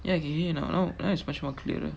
ya can hear you know now now it's much more clearer